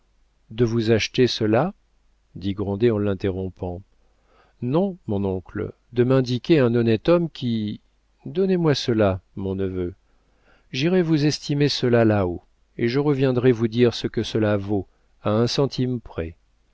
de de vous acheter cela dit grandet en l'interrompant non mon oncle de m'indiquer un honnête homme qui donnez-moi cela mon neveu j'irai vous estimer cela là-haut et je reviendrai vous dire ce que cela vaut à un centime près